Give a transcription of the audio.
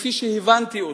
כפי שהבנתי אותה,